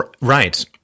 Right